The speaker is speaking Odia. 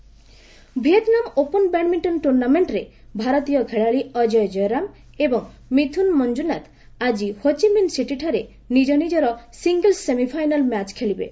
ବ୍ୟାଡମିଣ୍ଟନ ଭିଏତ୍ନାମ ଓପନ ବ୍ୟାଡମିଷ୍ଟନ ଟୁର୍ଣ୍ଣାମେଣ୍ଟ୍ରେ ଭାରତୀୟ ଖେଳାଳି ଅଜୟ କୟରାମ ଏବଂ ମିଥୁନ ମଞ୍ଜୁନାଥ୍ ଆକି ହୋଚିମିନ୍ ସିଟିଠାରେ ନିଜ ନିଜର ସିଙ୍ଗିଲ୍ସ ସେମିଫାଇନାଲ୍ ମ୍ୟାଚ୍ ଖେଳିବେ